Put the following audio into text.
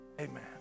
amen